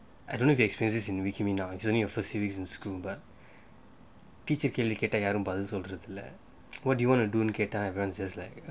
I don't know if you experience this in wikipedia me not it's only your first few weeks in school but teacher கேள்வி கேட்டா யாரும் பதில் சொல்றதில்ல:kelvi kettaa yaarum batil solratilla what do you want to do cater advances like